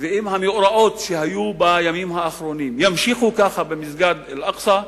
ואם המאורעות שהיו בימים האחרונים ימשיכו כך במסגד אל-אקצא,